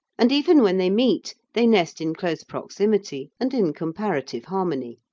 and even when they meet they nest in close proximity and in comparative harmony.